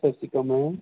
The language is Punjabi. ਸਤਿ ਸ਼੍ਰੀ ਅਕਾਲ ਮੈਮ